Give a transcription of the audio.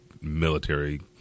military